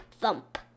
thump